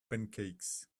pancakes